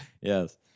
Yes